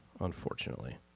unfortunately